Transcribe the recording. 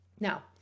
Now